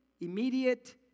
immediate